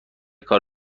کار